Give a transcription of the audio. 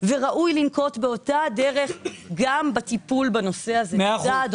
וראוי לנקוט באותה הדרך גם בטיפול בנושא הזה.